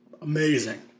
amazing